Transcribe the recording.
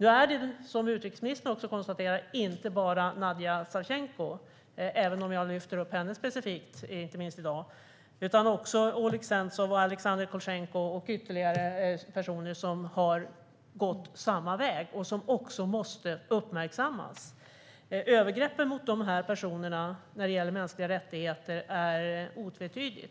Nu är det, som utrikesministern också konstaterar, inte bara Nadija Savtjenko, även om jag lyfter upp henne specifikt inte minst i dag, utan också Oleg Sentsov, Alexander Kolchenko och ytterligare personer som har gått samma väg och som också måste uppmärksammas. Övergreppen mot dessa personer i fråga om mänskliga rättigheter är otvetydiga.